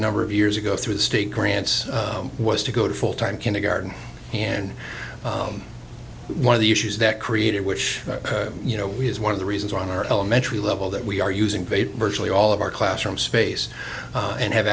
number of years ago through the state grants was to go to full time kindergarten and one of the issues that created which you know we is one of the reasons on our elementary level that we are using bait virtually all of our classroom space and have